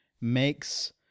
makes